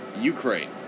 Ukraine